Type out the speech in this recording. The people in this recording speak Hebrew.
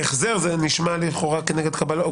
"החזר" נשמע לכאורה כנגד קבלות.